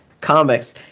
comics